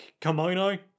kimono